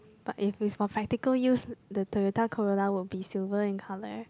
but if is for practical use the Toyota Corolla would be silver in color